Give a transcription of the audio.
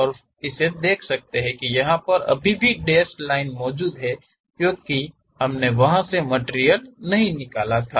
और देख सकते हैं की यहा पर अब भी डैश लाइन मौजूद हैं क्योंकि हमने वह से मटिरियल नहीं निकाला था